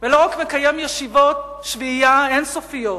ולא רק מקיים ישיבות שביעייה אין-סופיות.